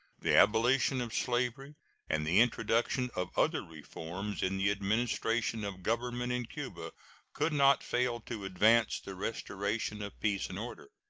the abolition of slavery and the introduction of other reforms in the administration of government in cuba could not fail to advance the restoration of peace and order.